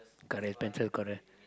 color pencil coral